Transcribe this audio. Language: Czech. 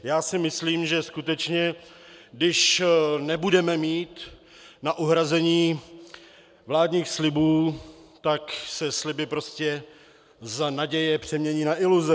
Já si myslím, že skutečně když nebudeme mít na uhrazení vládních slibů, tak se sliby prostě z naděje přemění na iluze.